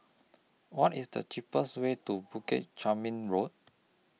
What IS The cheapest Way to Bukit Chermin Road